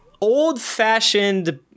old-fashioned